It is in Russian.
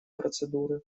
процедуры